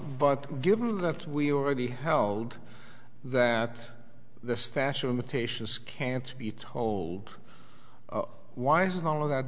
but given that we already held that the statue imitations can't be told why isn't all of that